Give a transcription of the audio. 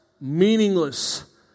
meaningless